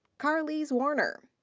carlise warner.